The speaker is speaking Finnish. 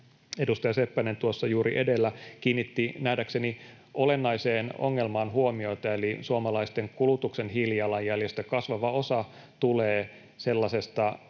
Edustaja Seppänen tuossa juuri edellä kiinnitti nähdäkseni olennaiseen ongelmaan huomiota, eli suomalaisten kulutuksen hiilijalanjäljestä kasvava osa tulee sellaisesta